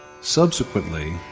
Subsequently